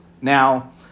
Now